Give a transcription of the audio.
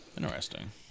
Interesting